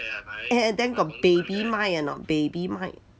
eh eh then got baby 麦 or not baby 麦